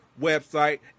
website